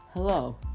Hello